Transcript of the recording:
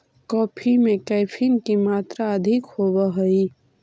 coffee में caffeine की मात्रा अधिक होवअ हई